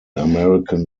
american